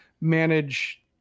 manage